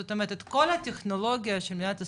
זאת אומרת את כל הטכנולוגיה של מדינת ישראל,